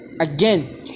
Again